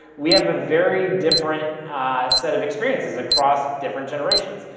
we have a very different set of experiences across different generations.